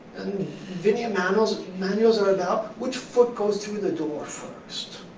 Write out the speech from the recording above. and vinaya manuals manuals are about which foot goes through the door first.